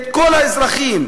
את כל האזרחים,